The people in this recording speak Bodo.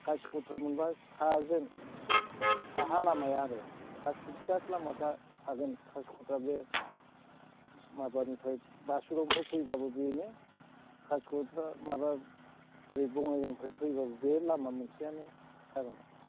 कासिकट्रा मोनब्ला साहाजों साहा लामाया आरो सिददा लामा थागोन कासिकट्राजों माबानिफ्राय बासुगावनिफ्राय फैब्लाबो बेनो कासिकट्रा माबा ओरै बङाइगावनिफ्राय फैब्लाबो बे लामा मोनसेयानो